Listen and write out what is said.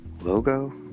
logo